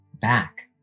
back